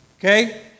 Okay